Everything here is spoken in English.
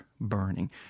burning